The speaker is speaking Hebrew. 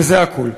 וזה הכול.